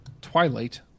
Twilight